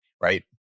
right